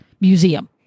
museum